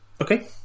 Okay